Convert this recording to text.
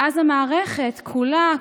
ואז המערכת כולה,